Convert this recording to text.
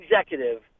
executive